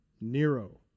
Nero